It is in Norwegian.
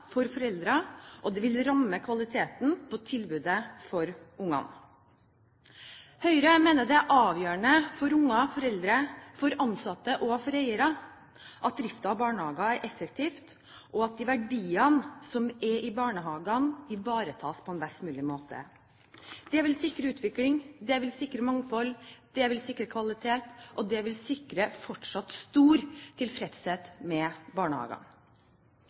for foreldrene, og det vil ramme kvaliteten på tilbudet til barna. Høyre mener det er avgjørende for barn, foreldre, ansatte og eiere at driften av barnehager er effektiv, og at de verdier som er i barnehagene, ivaretas på en best mulig måte. Det vil sikre utvikling,